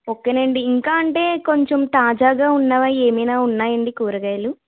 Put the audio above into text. okay అండి ఇంకా అంటే కొంచెం తాజాగా ఉన్నవి ఏమన్న ఉన్నాయండి కూరగాయలు